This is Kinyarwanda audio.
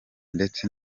ndetse